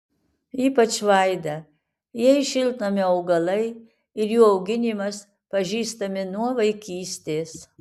ypač vaida jai šiltnamio augalai ir jų auginimas pažįstami nuo vaikystės